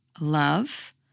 love